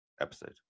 episode